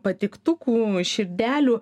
patiktukų širdelių